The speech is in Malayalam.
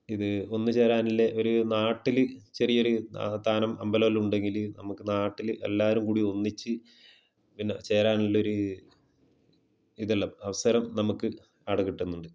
ഇത് ഒന്ന് ചേരാനില്ല ഒരു നാട്ടിൽ ചെറിയൊരു താനം അമ്പലം എല്ലാമുണ്ടെങ്കിൽ നമുക്ക് നാട്ടിൽ എല്ലാവരും കൂടി ഒന്നിച്ച് പിന്നെ ചേരാനുള്ളൊരു ഇതെല്ലാം അവസരം നമുക്ക് ആട കിട്ടുന്നുണ്ട്